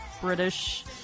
british